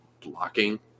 blocking